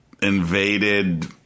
invaded